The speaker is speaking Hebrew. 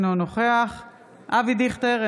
אינו נוכח אבי דיכטר,